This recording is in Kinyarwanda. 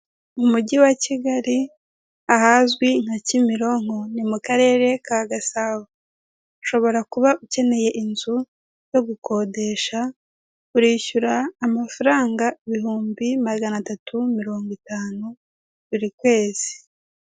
Mu mujyi wa kigali ahazwi nka kimironko ni mu karere ka gasabo ushobora kuba ukeneye inzu yo gukodesha urishyura amafaranga ibihumbi magana tatu mirongo itanu buri kwezi.